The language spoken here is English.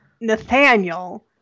Nathaniel